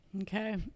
okay